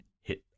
hit